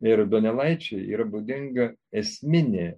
ir donelaičiui yra būdinga esminė